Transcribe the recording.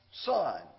son